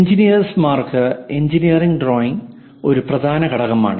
എഞ്ചിനീയർമാർക്ക് engineering drawing ഒരു പ്രധാന ഘടകമാണ്